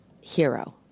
hero